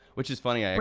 which is funny, ah